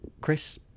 Chris